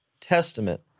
Testament